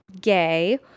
gay